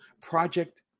Project